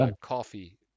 coffee